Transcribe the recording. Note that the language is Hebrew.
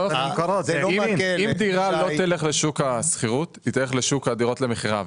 אם דירה לא תלך לשוק השכירות היא תלך לשוק הדירות למכירה.